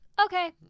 Okay